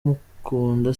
umukunda